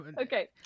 Okay